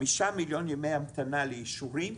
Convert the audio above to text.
חמישה מיליון ימי המתנה לאישורים,